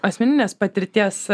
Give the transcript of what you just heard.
asmeninės patirties